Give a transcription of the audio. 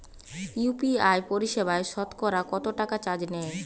UPI পরিসেবায় সতকরা কতটাকা চার্জ নেয়?